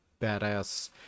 badass